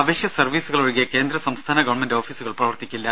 അവശ്യ സർവീസുകളൊഴികെ കേന്ദ്ര സംസ്ഥാന ഗവൺമെന്റ് ഓഫീസുകൾ പ്രവർത്തിക്കില്ല